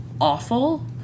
awful